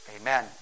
Amen